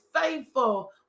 faithful